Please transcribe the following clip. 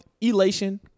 Elation